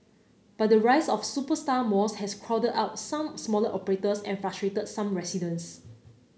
but the rise of superstar malls has crowded out some smaller operators and frustrated some residents